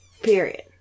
Period